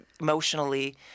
emotionally